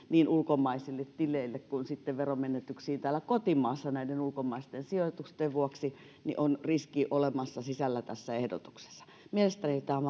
ulkomaisille tileille ja veromenetyksiin täällä kotimaassa näiden ulkomaisten sijoitusten vuoksi on olemassa sisällä tässä ehdotuksessa mielestäni tämä